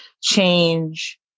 Change